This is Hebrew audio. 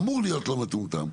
אמור להיות לא מטומטם.